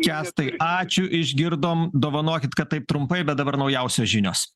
kęstai ačiū išgirdom dovanokit kad taip trumpai bet dabar naujausios žinios